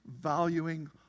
valuing